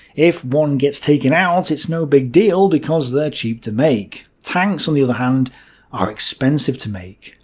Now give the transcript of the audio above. if one gets taken out, it's it's no big deal because they're cheap to make. tanks on the other hand are expensive to make.